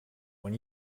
when